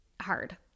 hard